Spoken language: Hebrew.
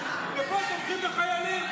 ומי שתומך בהשתמטות, זונח את החיילים.